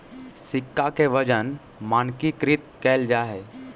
सिक्का के वजन मानकीकृत कैल जा हई